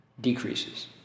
decreases